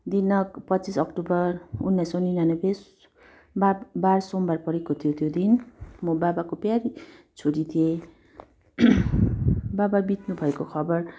दिनाङ्क पच्चिस अक्टोबर उन्नाइस सौ निनानब्बे बार बार सोमबार परेको थियो त्यो दिन म बाबाको प्यारी छोरी थिएँ बाबा बित्नुभएको खबर